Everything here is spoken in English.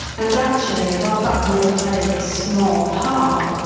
and actually while that may play a small part,